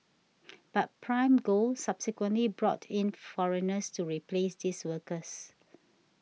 but Prime Gold subsequently brought in foreigners to replace these workers